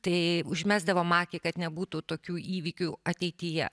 tai užmesdavom akį kad nebūtų tokių įvykių ateityje